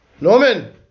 Norman